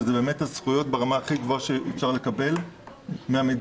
שהן הזכויות ברמה הכי גבוהה שאפשר לקבל מהמדינה,